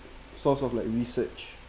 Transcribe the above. source of like research